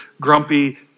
grumpy